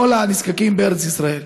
כל הנזקקים בארץ ישראל.